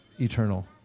eternal